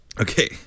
Okay